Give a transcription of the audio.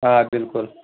آ بِلکُل